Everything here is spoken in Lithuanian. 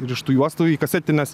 ir iš tų juostų į kasetines